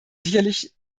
sicherlich